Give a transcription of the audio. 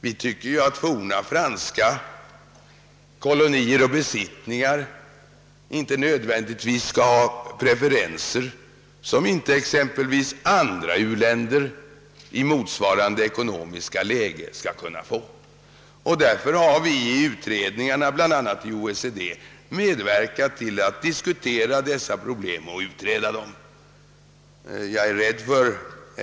Vi tycker att forna franska kolonier och besittningar inte nödvändigtvis skall ha preferenser som andra u-länder i motsvarande ekonomiska läge inte kan få. Därför har vi bl.a. inom OECD medverkat till att diskutera och utreda dessa problem.